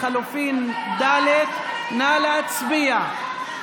לחלופין ד' נא להצביע.